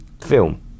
film